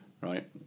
right